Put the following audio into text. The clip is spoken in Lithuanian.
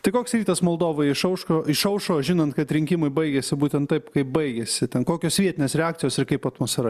tai koks rytas moldovai išauško išaušo žinant kad rinkimai baigėsi būtent taip kaip baigėsi ten kokios vietinės reakcijos ir kaip atmosfera